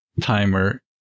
timer